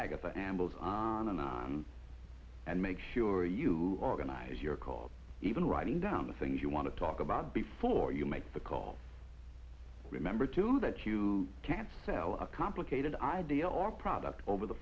both on and on and make sure you organize your call even writing down the things you want to talk about before you make the call remember too that you can't sell a complicated idea or product over the